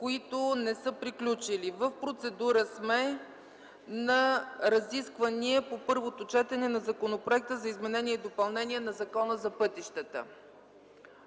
които не са приключили. В процедура сме на разисквания по първото четене на Законопроекта за изменение и допълнение на Закона за пътищата.